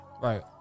Right